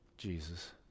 Jesus